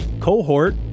cohort